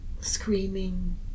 screaming